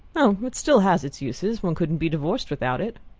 oh, it still has its uses. one couldn't be divorced without it.